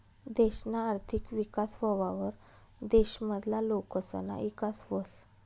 देशना आर्थिक विकास व्हवावर देश मधला लोकसना ईकास व्हस